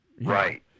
Right